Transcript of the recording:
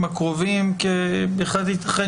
כי בהחלט ייתכן